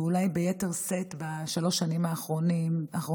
ואולי ביתר שאת בשלוש השנים האחרונות,